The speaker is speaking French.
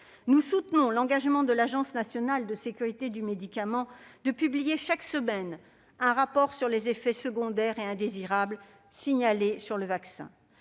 Nous soutenons l'engagement de l'Agence nationale de sécurité du médicament et des produits de santé de publier, chaque semaine, un rapport sur les effets secondaires et indésirables signalés sur le vaccin.